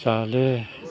जाले